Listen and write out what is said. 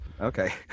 okay